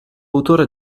autore